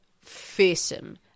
fearsome